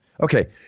Okay